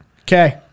Okay